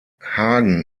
hagen